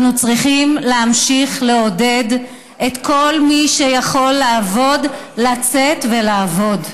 אנחנו צריכים להמשיך לעודד את כל מי שיכול לעבוד לצאת ולעבוד.